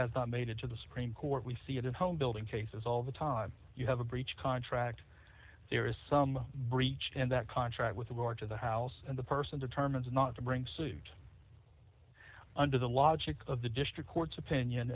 has not made it to the supreme court we see it in homebuilding cases all the time you have a breach of contract there is some breach in that contract with regard to the house and the person determines not to bring suit under the logic of the district court's opinion